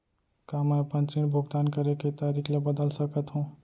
का मैं अपने ऋण भुगतान करे के तारीक ल बदल सकत हो?